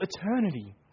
eternity